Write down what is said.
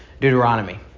Deuteronomy